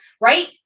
right